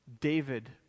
David